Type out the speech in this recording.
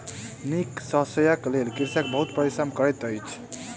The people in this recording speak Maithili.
नीक शस्यक लेल कृषक बहुत परिश्रम करैत अछि